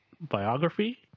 biography